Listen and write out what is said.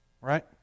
Right